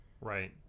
Right